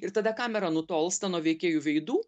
ir tada kamera nutolsta nuo veikėjų veidų